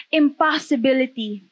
impossibility